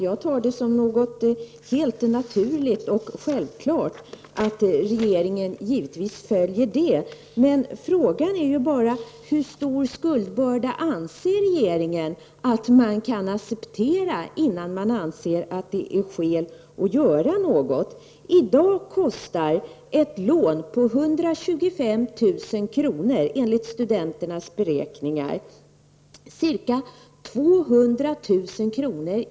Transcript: Jag tar det som något alldeles naturligt och självklart att regeringen givetvis följer utvecklingen. Men frågan är hur stor skuldbörda regeringen anser att man kan acceptera innan det finns skäl att göra något. I dag kostar ett lån på 125 000 kr. enligt studenternas beräkningar ca 200 000 kr.